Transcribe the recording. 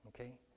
Okay